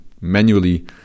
manually